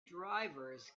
drivers